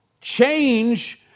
change